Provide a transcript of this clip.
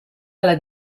alla